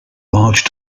large